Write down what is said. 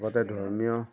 আগতে ধৰ্মীয়